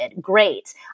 Great